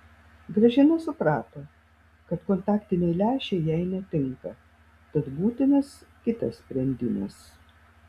gražina suprato kad kontaktiniai lęšiai jai netinka tad būtinas kitas sprendimas